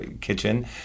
kitchen